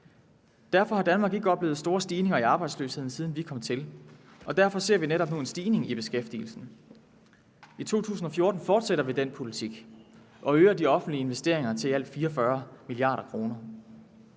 Derfor har Danmark ikke oplevet store stigninger i arbejdsløsheden, siden vi kom til, og derfor ser man netop nu en stigning i beskæftigelsen. I 2014 fortsætter vi den politik og øger de offentlige investeringer til i alt 44 mia. kr.